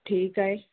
ठीकु आहे